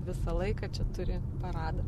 visą laiką čia turi paradą